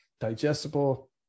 digestible